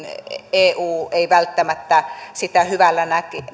eu ei välttämättä hyvällä